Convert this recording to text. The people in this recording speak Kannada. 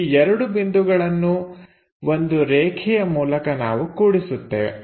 ಆ ಎರಡು ಬಿಂದುಗಳನ್ನು ಒಂದು ರೇಖೆಯ ಮೂಲಕ ನಾವು ಕೂಡಿಸುತ್ತೇವೆ